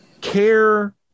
Care